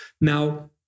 Now